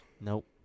Nope